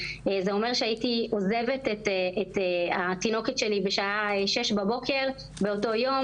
זה אומר שהייתי עוזבת את התינוקת שלי בשעה שש בבוקר באותו יום,